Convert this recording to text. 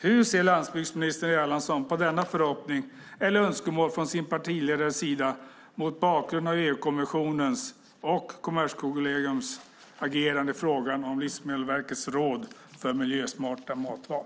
Hur ser landsbygdsminister Erlandsson på detta önskemål från sin partiledares sida mot bakgrund av EU-kommissionens och Kommerskollegiums agerande i frågan om Livsmedelsverkets råd för miljösmarta matval?